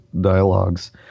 dialogues